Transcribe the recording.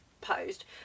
posed